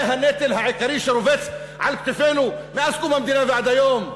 זה הנטל העיקרי שרובץ על כתפינו מאז קום המדינה ועד היום.